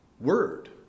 word